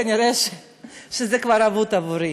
כנראה זה כבר אבוד עבורי,